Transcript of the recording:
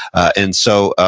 and so,